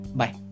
bye